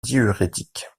diurétique